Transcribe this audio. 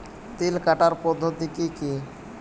তিল কাটার পদ্ধতি কি কি?